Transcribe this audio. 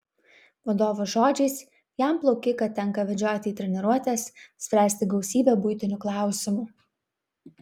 vadovo žodžiais jam plaukiką tenka vežioti į treniruotes spręsti gausybę buitinių klausimų